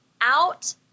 out